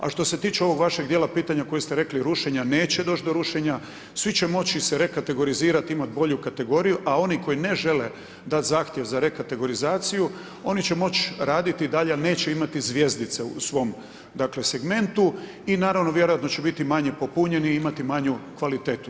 A što se tiče ovog vašeg djela pitanja koje ste rekli rušenja, neće doć do rušenja, svi će moći se rekategorizirat, imat bolju kategoriju, a oni koji ne žele dat zahtjev za rekategorizaciju oni će moći raditi dalje, ali neće imati zvjezdice u svom segmentu i vjerojatno će biti manje popunjeni i imati manju kvalitetu.